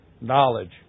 knowledge